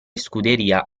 scuderia